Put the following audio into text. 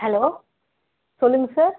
hello சொல்லுங்கள் sir